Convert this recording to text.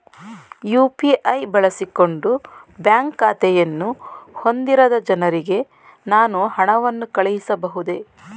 UPI ಬಳಸಿಕೊಂಡು bank ಖಾತೆಯನ್ನು ಹೊಂದಿರದ ಜನರಿಗೆ ನಾನು ಹಣವನ್ನು ಕಳುಹಿಸಬಹುದೇ?